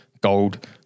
gold